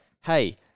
Hey